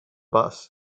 bus